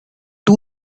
two